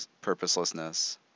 purposelessness